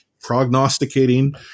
prognosticating